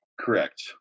Correct